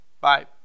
Bye